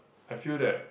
I feel that